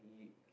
like